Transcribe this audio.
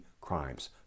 crimes